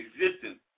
existence